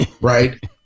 Right